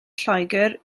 lloegr